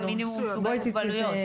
מינימום סוגי המוגבלויות.